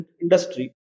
industry